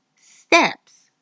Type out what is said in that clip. steps